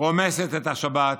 רומסת את השבת,